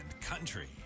country